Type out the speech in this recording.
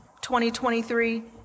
2023